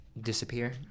disappear